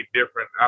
different